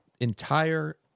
entire